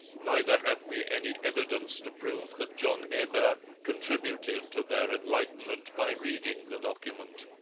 neither have we any evidence to prove that john hebert contributed to their enlightenment by reading the document.